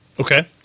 Okay